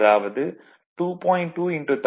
அதாவது 2